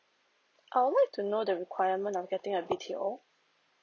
I would like to know the requirement of getting a B_T_O